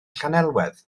llanelwedd